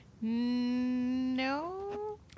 No